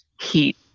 heat